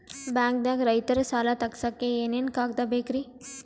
ಬ್ಯಾಂಕ್ದಾಗ ರೈತರ ಸಾಲ ತಗ್ಸಕ್ಕೆ ಏನೇನ್ ಕಾಗ್ದ ಬೇಕ್ರಿ?